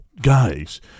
Guys